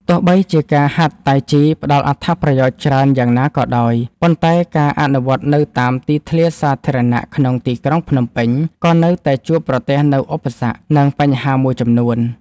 ទោះបីជាការហាត់តៃជីផ្ដល់អត្ថប្រយោជន៍ច្រើនយ៉ាងណាក៏ដោយ ប៉ុន្តែការអនុវត្តនៅតាមទីធ្លាសាធារណៈក្នុងទីក្រុងភ្នំពេញ ក៏នៅតែជួបប្រទះនូវឧបសគ្គ និងបញ្ហាមួយចំនួន។